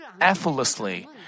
effortlessly